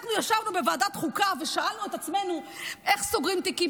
אנחנו ישבנו בוועדת החוקה ושאלנו את עצמנו איך סוגרים תיקים